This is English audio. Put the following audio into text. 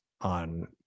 On